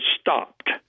stopped